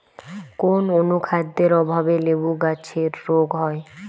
কোন অনুখাদ্যের অভাবে লেবু গাছের রোগ হয়?